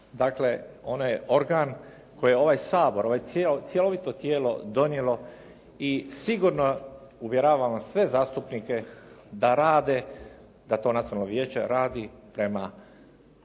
dakle, ono je organ koji je ovaj Sabor, ovo cjelovito tijelo donijelo i sigurno, uvjeravam sve zastupnike da rade da to nacionalno vijeće radi prema